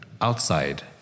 outside